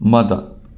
ꯃꯗ